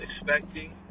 expecting